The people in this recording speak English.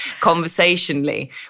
conversationally